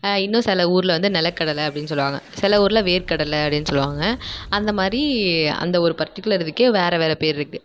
இன்னும் சில ஊரில் வந்து நிலக்கடலை அப்படினு சொல்வாங்க சில ஊரில் வேர்க்கடலை அப்படினு சொல்வாங்க அந்தமாதிரி அந்த ஒரு பர்ட்டிகுலர் இதுக்கே வேற வேற பேர் இருக்கு